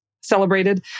celebrated